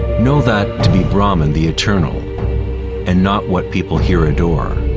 know that to be brahma and the eternal and not what people here adore.